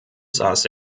saß